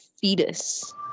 fetus